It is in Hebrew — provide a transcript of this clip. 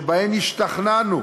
שבהן השתכנענו